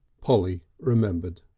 polly remembered.